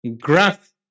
graph